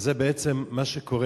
וזה בעצם מה שקורה.